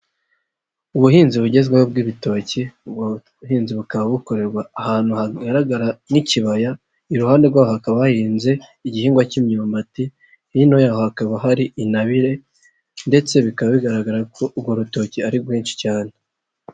Ubuhinzi bugezweho bw'ibitoki, ubu buhinzi bukaba bukorerwa ahantu hagaragara nk'ikibaya, iruhande rwaho hakaba hahinze igihingwa cy'imyumbati, hino yaho hakaba hari intabire ndetse bikaba bigaragara ko urwo rutoki ari rwinshi cyane.